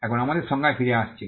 এখন আমাদের সংজ্ঞায় ফিরে আসছি